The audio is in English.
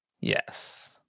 Yes